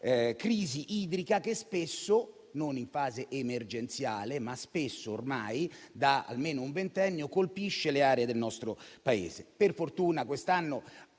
crisi idrica che spesso - non in fase emergenziale, ma ormai spesso - da almeno un ventennio colpisce le aree del nostro Paese. Per fortuna quest'anno